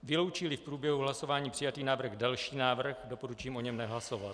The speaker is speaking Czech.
Vyloučíli v průběhu hlasování přijatý návrh další návrh, doporučím o něm nehlasovat.